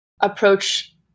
approach